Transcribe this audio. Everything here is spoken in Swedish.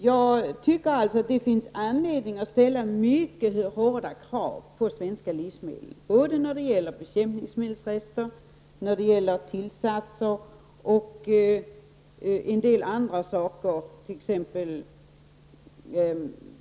Jag tycker alltså att det finns anledning att ställa mycket hårda krav på svenska livsmedel både när det gäller bekämpningsmedelsrester, tillsatser och vissa andra saker.